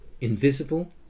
invisible